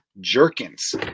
Jerkins